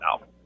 now